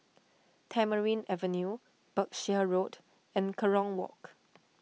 Tamarind Avenue Berkshire Road and Kerong Walk